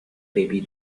baby